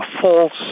false